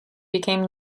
became